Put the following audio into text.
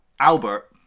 albert